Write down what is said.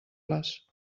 les